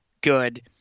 good